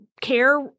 care